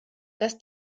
dass